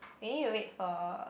we need to wait for